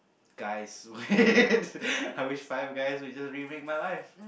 guys I wish five guys we just remake my life